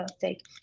take